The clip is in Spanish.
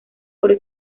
por